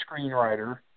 screenwriter